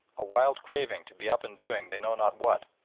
a wild craving to be up and doing they know not what,